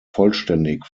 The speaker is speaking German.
vollständig